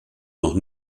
noch